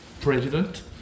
president